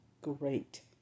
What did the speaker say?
great